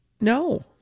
No